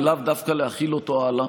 ולאו דווקא להחיל אותו הלאה.